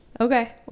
Okay